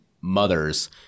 mother's